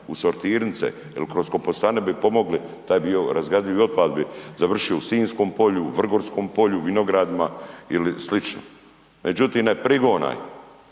u sortirnice jer kroz kompostane bi pomogli taj dio, razgradivi otpad bi završio u Sinjskom polju, u Vrgoskom polju, vinogradima ili sl. Međutim .../Govornik